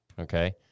okay